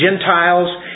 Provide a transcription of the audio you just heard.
Gentiles